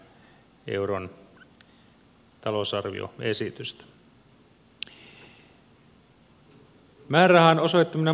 määrärahan osoittaminen maakunnan kehittämisrahan palauttamiseen